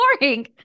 boring